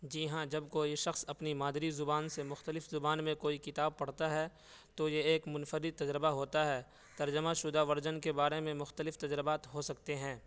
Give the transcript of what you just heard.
جی ہاں جب کوئی شخص اپنی مادری زبان سے مختلف زبان میں کوئی کتاب پڑھتا ہے تو یہ ایک منفرد تجربہ ہوتا ہے ترجمہ شدہ ورژن کے بارے میں مختلف تجربات ہو سکتے ہیں